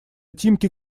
тимки